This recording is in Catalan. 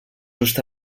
just